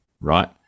right